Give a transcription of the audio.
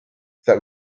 that